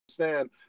understand